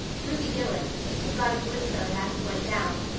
ruby gillis, who got a glimpse of it as it went down,